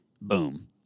boom